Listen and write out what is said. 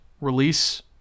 release